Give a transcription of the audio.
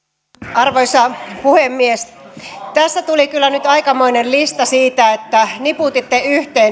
arvoisa puhemies tässä tuli kyllä aikamoinen lista jonka niputitte